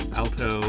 alto